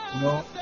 no